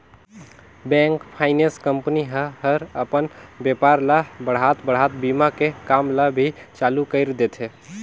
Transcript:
bank, finance company ह हर अपन बेपार ल बढ़ात बढ़ात बीमा के काम ल भी चालू कइर देथे